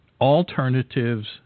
alternatives